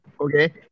okay